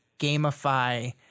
gamify